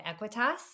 Equitas